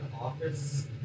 Office